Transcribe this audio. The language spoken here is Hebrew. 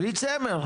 בלי צמר.